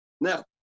Now